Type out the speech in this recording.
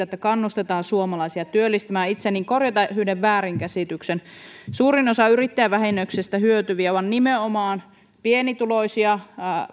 että kannustetaan suomalaisia työllistymään itse korjata yhden väärinkäsityksen suurin osa yrittäjävähennyksestä hyötyviä on nimenomaan pienituloisia